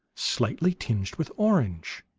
slightly tinged with orange.